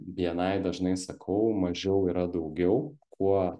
bni dažnai sakau mažiau yra daugiau kuo